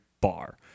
bar